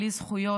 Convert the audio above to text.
בלי זכויות,